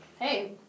Hey